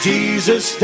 Jesus